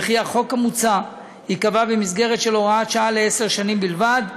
וכי החוק המוצע ייקבע במסגרת של הוראת שעה לעשר שנים בלבד.